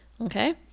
okay